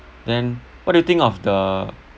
then what do you think of the